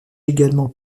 également